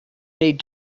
need